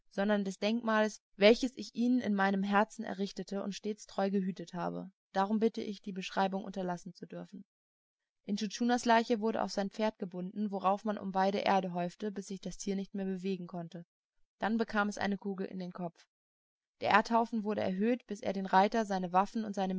sondern des denkmales welches ich ihnen in meinem herzen errichtete und stets treu gehütet habe darum bitte ich die beschreibung unterlassen zu dürfen intschu tschunas leiche wurde auf sein pferd gebunden worauf man um beide erde häufte bis sich das tier nicht mehr bewegen konnte dann bekam es eine kugel in den kopf der erdhaufen wurde erhöht bis er den reiter seine waffen und seine